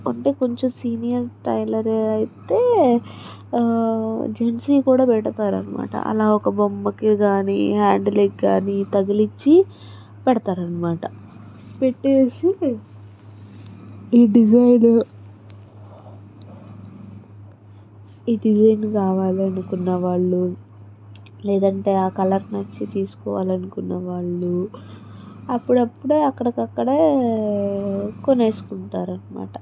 అంటే కొంచెం senior tailor అయితే జెంట్స్వి కూడా పెడతారు అనమాట అలా ఒక బొమ్మకు కానీ హ్యాండిల్ కానీ తగిలించి పెడతారు అనమాట పెట్టేసి ఈ డిజైన్ ఈ డిజైన్ కావాలి అనుకున్న వాళ్ళు లేదంటే ఆ కలర్ నచ్చి తీసుకోవాలి అనుకున్న వాళ్లు అప్పుడప్పుడు అక్కడికి అక్కడే తీసుకొని వేసుకుంటారు అనమాట